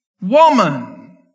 Woman